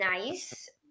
nice